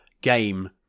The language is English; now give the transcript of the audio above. game